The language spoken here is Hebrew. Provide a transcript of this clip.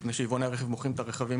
מפני שיבואני הרכב מוכרים את הרכבים